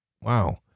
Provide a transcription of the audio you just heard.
wow